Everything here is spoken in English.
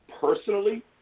Personally